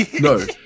No